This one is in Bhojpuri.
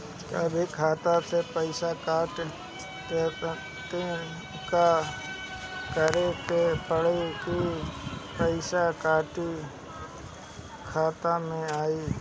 कभी खाता से पैसा काट लि त का करे के पड़ी कि पैसा कईसे खाता मे आई?